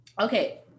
Okay